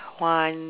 one